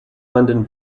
london